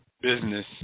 business